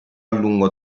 lungo